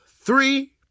three